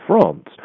France